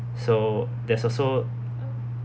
so there's also